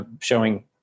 showing